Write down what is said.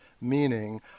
meaning